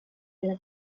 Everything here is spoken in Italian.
della